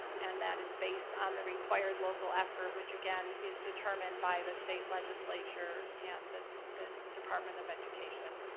and that is based on the required local effort, which again is determined by the state legislature and the the department of education.